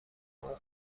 اون